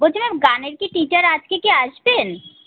বলছি ম্যাম গানের কি টিচার আজকে কি আসবেন